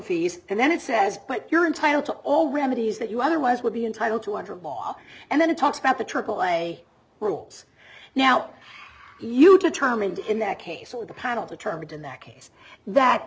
fees and then it says you're entitled to all remedies that you otherwise would be entitled to under law and then it talks about the trickle way rules now you determined in that case all of the panel determined in that case that